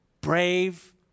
brave